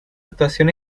actuación